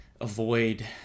avoid